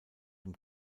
dem